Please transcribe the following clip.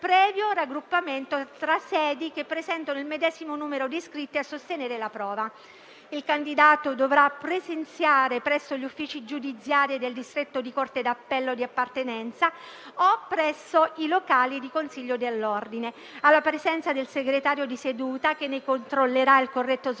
Il candidato dovrà presenziare presso gli uffici giudiziari del distretto di corte d'appello di appartenenza o presso i locali del consiglio dell'ordine, alla presenza del segretario di seduta, che ne controllerà il corretto svolgimento,